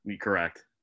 Correct